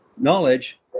knowledge